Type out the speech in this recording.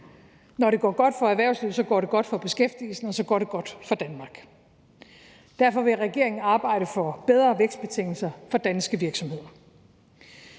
Når det går godt for erhvervslivet, går det godt for beskæftigelsen, og så går det godt for Danmark. Derfor vil regeringen arbejde for bedre vækstbetingelser for danske virksomheder.